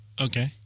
Okay